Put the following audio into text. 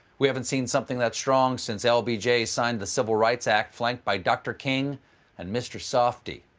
we haven't seen something that strong since l b j. signed the civil rights act flanked by dr. king and mr. softee.